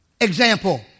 Example